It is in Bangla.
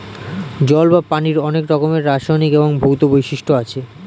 জল বা পানির অনেক রকমের রাসায়নিক এবং ভৌত বৈশিষ্ট্য আছে